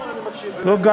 אני מקשיב לך.